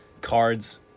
Cards